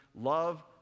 Love